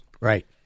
Right